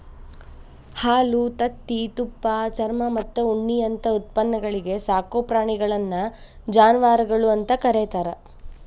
ಹಾಲು, ತತ್ತಿ, ತುಪ್ಪ, ಚರ್ಮಮತ್ತ ಉಣ್ಣಿಯಂತ ಉತ್ಪನ್ನಗಳಿಗೆ ಸಾಕೋ ಪ್ರಾಣಿಗಳನ್ನ ಜಾನವಾರಗಳು ಅಂತ ಕರೇತಾರ